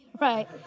Right